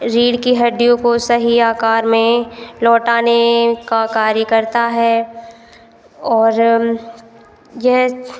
रीढ़ की हड्डियों को सही आकार में लौटाने का कार्य करता है और यह